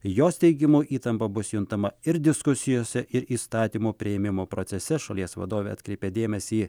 jos teigimu įtampa bus juntama ir diskusijose ir įstatymo priėmimo procese šalies vadovė atkreipė dėmesį į